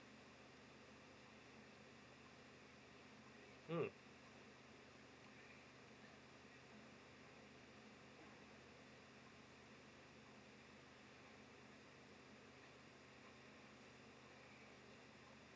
mm